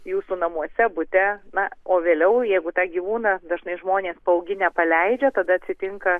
jūsų namuose bute na o vėliau jeigu tą gyvūną dažnai žmonės paauginę paleidžia tada atsitinka